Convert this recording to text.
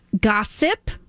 Gossip